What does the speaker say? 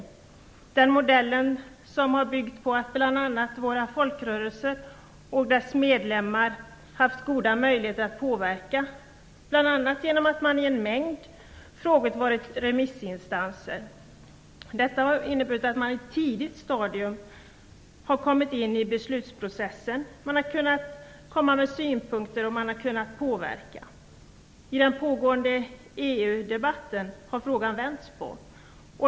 Det är den modell som har byggt på att våra folkrörelser och medlemmarna har haft möjlighet att påverka bl.a. genom att i en mängd frågor vara remissinstanser. Detta har inneburit att man i ett tidigt stadium har kommit in i beslutsprocessen och kunnat komma med synpunkter och påverka. I den pågående EU-debatten har frågan vänts.